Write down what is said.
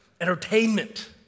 entertainment